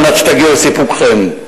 על מנת שתגיעו לסיפוקכם.